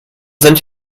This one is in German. sind